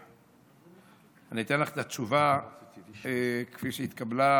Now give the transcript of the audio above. אני אתן לך את התשובה כפי שהתקבלה.